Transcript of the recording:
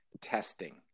testing